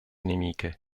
nemiche